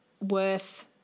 worth